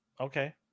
Okay